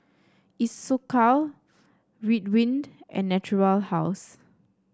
Isocal Ridwind and Natura House